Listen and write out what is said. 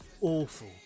awful